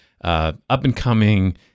up-and-coming